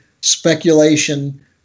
speculation